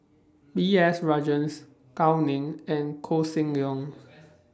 B S Rajhans Gao Ning and Koh Seng Leong